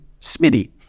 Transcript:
Smitty